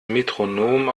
metronom